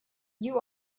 you